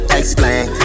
explain